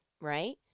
right